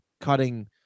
cutting